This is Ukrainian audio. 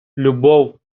любов